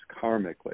karmically